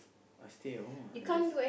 I stay at home ah and just